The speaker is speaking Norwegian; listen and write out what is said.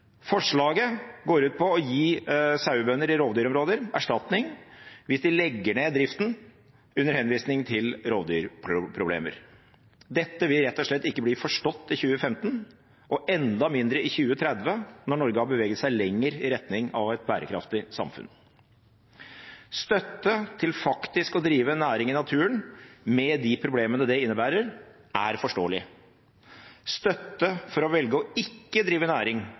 Forslaget går ut på å gi sauebønder i rovdyrområder erstatning hvis de legger ned driften under henvisning til rovdyrproblemer. Dette vil rett og slett ikke bli forstått i 2015, og enda mindre i 2030, når Norge har beveget seg lenger i retning av et bærekraftig samfunn. Støtte til faktisk å drive næring i naturen med de problemene det innebærer, er forståelig. Støtte for å velge ikke å drive næring